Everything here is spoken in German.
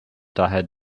daher